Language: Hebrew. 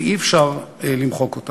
ואי-אפשר למחוק אותה.